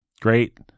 Great